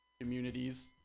communities